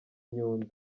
nyundo